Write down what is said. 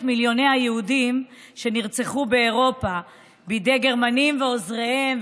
מיליוני היהודים שנרצחו באירופה בידי גרמנים ועוזריהם,